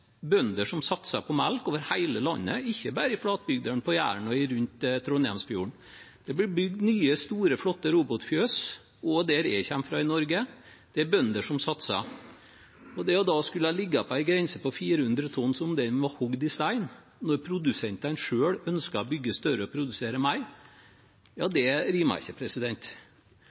bønder som satser på melk over hele landet, ikke bare i flatbygdene på Jæren og rundt Trondheimsfjorden. Det blir bygd nye store, flotte robotfjøs også der jeg kommer fra i Norge. Det er bønder som satser. Det å da skulle ligge på en grense på 400 tonn som om den var hugget i stein, når produsentene selv ønsker å bygge større og produsere mer, rimer ikke.